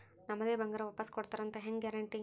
ನಮ್ಮದೇ ಬಂಗಾರ ವಾಪಸ್ ಕೊಡ್ತಾರಂತ ಹೆಂಗ್ ಗ್ಯಾರಂಟಿ?